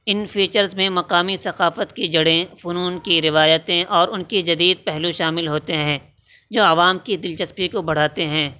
ان features میں مقامی ثقافت کی جڑیں فنون کی روایتیں اور ان کے جدید پہلو شامل ہوتے ہیں جو عوام کی دلچسپی کو بڑھاتے ہیں